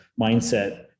mindset